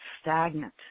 stagnant